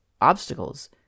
obstacles